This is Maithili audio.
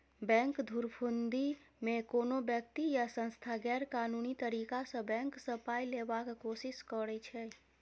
बैंक धुरफंदीमे कोनो बेकती या सँस्था गैरकानूनी तरीकासँ बैंक सँ पाइ लेबाक कोशिश करै छै